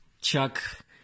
Chuck